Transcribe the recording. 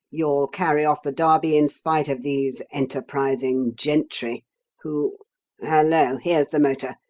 you'll carry off the derby in spite of these enterprising gentry who hallo! here's the motor.